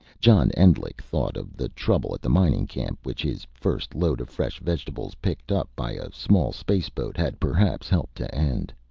john endlich thought of the trouble at the mining camp, which his first load of fresh vegetables, picked up by a small space boat, had perhaps helped to end.